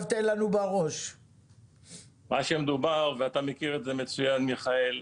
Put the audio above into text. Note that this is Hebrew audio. מה שמדובר, ואתה מכיר את זה מצוין, מיכאל,